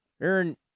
Aaron